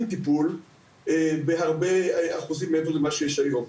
טיפול בהרבה אחוזים מעבר למה שיש היום.